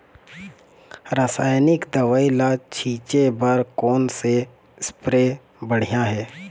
रासायनिक दवई ला छिचे बर कोन से स्प्रे बढ़िया हे?